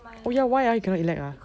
oh ya why ah you cannot elect